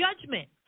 judgment